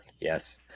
yes